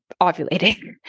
ovulating